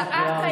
השרה מסיתה.